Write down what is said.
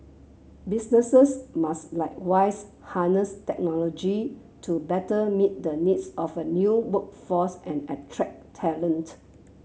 businesses must likewise harness technology to better meet the needs of a new workforce and attract talent